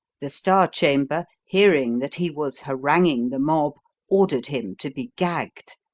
the star chamber, hearing that he was haranguing the mob, ordered him to be gagged.